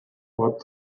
what